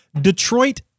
Detroit